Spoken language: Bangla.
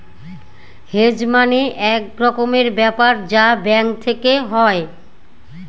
হেজ মানে এক রকমের ব্যাপার যা ব্যাঙ্ক থেকে হয়